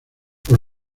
por